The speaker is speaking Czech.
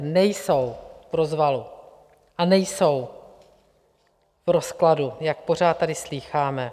Nejsou v rozvalu a nejsou v rozkladu, jak pořád tady slýcháme.